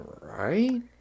right